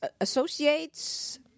associates